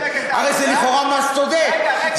הרי זה לכאורה מס צודק,